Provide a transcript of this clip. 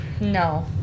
no